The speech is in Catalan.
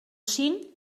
cinc